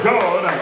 God